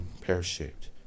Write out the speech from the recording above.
pear-shaped